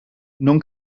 non